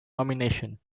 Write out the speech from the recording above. nomination